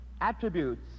attributes